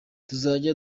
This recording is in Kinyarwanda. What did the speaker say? tuzajya